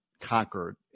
conquered